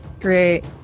Great